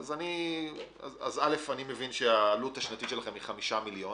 אז אני מבין שהעלות השנתית שלכם חמישה מיליון,